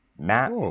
Matt